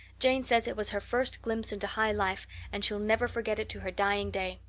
jane says it was her first glimpse into high life and she'll never forget it to her dying day.